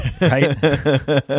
Right